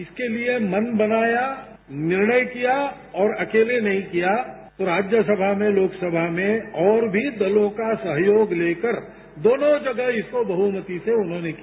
इसके लिए मन बनाया निर्णय किया और अकेले नहीं किया राज्यसभा में लोकसभा में और भी दलों का सहयोग लेकर दोनों जगह इसको बहुमती से उन्होंने किया